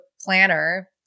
planner